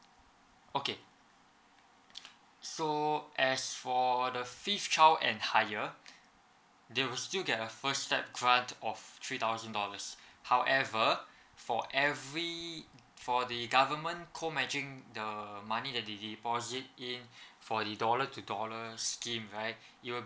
okay so as for the fifth child and higher they will still get a first step grant of three thousand dollars however for every for the government co matching the money that they deposit in for the dollar to dollar scheme right it'll